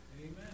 Amen